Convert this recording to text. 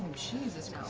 jesus